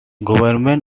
government